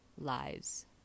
lives